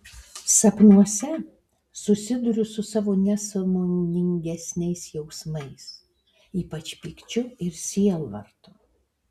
sapnuose susiduriu su savo nesąmoningesniais jausmais ypač pykčiu ir sielvartu